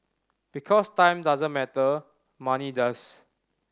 because time doesn't matter money does